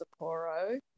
Sapporo